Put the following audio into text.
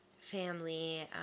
family